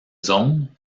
zone